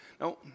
Now